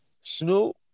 Snoop